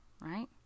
right